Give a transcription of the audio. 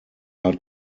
are